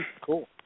Cool